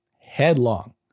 headlong